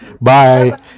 Bye